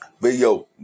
video